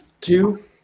Two